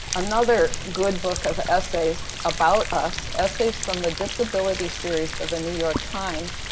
another good book of essays, about us essays from the disability series of the new york times,